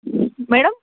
madam